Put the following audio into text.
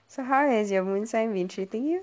so how has your moon sign been treating you